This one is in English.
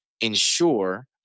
ensure